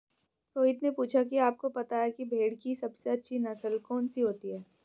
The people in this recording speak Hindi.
रोहित ने पूछा कि आप को पता है भेड़ की सबसे अच्छी नस्ल कौन सी होती है?